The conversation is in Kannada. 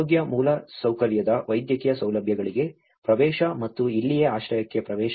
ಆರೋಗ್ಯ ಮೂಲಸೌಕರ್ಯದ ವೈದ್ಯಕೀಯ ಸೌಲಭ್ಯಗಳಿಗೆ ಪ್ರವೇಶ ಮತ್ತು ಇಲ್ಲಿಯೇ ಆಶ್ರಯಕ್ಕೆ ಪ್ರವೇಶ